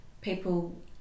people